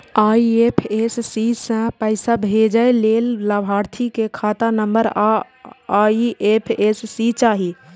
IFSC सं पैसा भेजै लेल लाभार्थी के खाता नंबर आ आई.एफ.एस.सी चाही